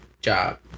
job